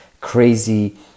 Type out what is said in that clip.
crazy